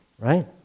right